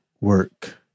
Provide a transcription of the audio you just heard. work